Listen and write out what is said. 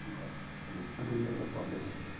ꯑꯗꯨꯅꯤ ꯑꯩꯅ ꯄꯥꯝꯖꯔꯤꯁꯤꯁꯨ